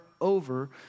over